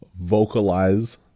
vocalize